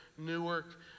newark